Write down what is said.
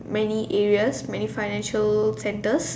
many areas many financial centers